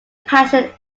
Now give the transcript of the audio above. passion